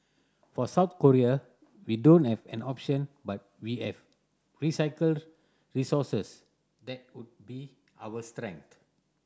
for South Korea we don't have an option but we have recycled resources that would be our strength